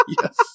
Yes